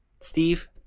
Steve